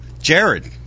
Jared